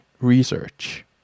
research